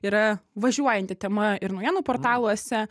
yra važiuojanti tema ir naujienų portaluose